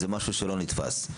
זה משהו שלא נתפס.